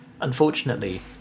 unfortunately